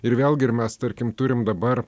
ir vėlgi ir mes tarkim turim dabar